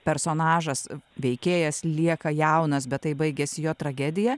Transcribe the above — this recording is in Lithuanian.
personažas veikėjas lieka jaunas bet tai baigiasi jo tragedija